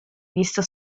visto